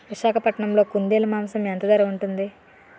విశాఖపట్నంలో కుందేలు మాంసం ఎంత ధర ఉంటుంది?